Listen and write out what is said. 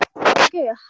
okay